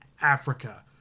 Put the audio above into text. Africa